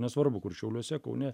nesvarbu kur šiauliuose kaune